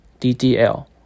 DDL